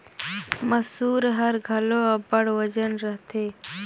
मूसर हर घलो अब्बड़ ओजन रहथे